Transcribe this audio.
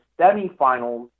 semifinals